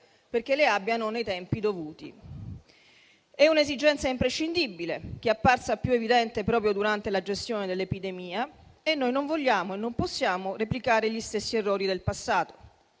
perché le abbiano nei tempi dovuti. È un'esigenza imprescindibile, che è apparsa più evidente proprio durante la gestione dell'epidemia, e noi non vogliamo e non possiamo replicare gli stessi errori del passato.